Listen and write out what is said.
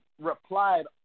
replied